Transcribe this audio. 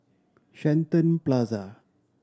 Shenton Plaza